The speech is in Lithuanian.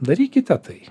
darykite tai